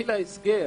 כשהתחיל ההסגר,